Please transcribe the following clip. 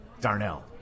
Darnell